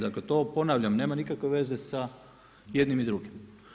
Dakle, to ponavljam nema nikakve veze sa jednim i drugim.